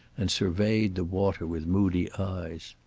and surveyed the water with moody eyes.